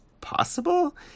possible